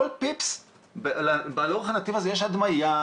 כל פיפס לאורך הנתיב הזה יש הדמיה,